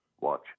Watch